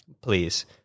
Please